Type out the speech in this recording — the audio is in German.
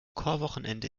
chorwochenende